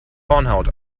hornhaut